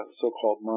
so-called